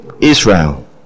Israel